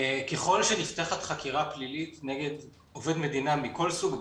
ככל שנפתחת חקירה פלילית נגד עובד מדינה מכל סוג,